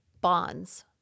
bonds